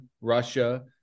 Russia